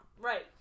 Right